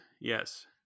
yes